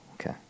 okay